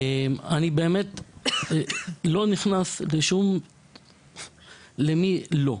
אני לא נכנס ל"מי לא",